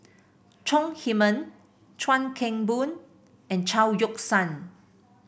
Chong Heman Chuan Keng Boon and Chao Yoke San